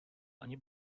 ani